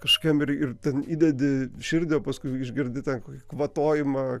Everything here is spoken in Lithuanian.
kažkam ir ten įdedi širdį o paskui išgirdi ten kokį kvatojimą